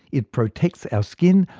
it protects our skin,